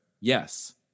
Yes